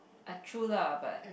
ah true lah but